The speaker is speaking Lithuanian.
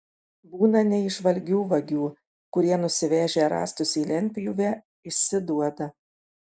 būna neįžvalgių vagių kurie nusivežę rąstus į lentpjūvę išsiduoda